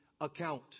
account